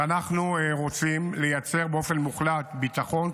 ואנחנו רוצים לייצר באופן מוחלט ביטחון,